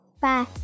Bye